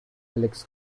helix